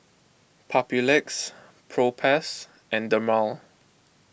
Papulex Propass and Dermale